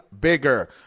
Bigger